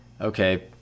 okay